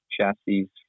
Chassis